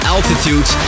Altitude